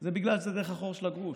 זה בגלל החור של הגרוש.